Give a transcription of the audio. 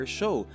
show